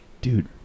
dude